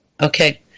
Okay